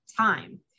time